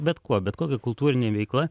bet kuo bet kokia kultūrine veikla